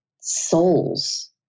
souls